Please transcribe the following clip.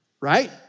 right